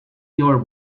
your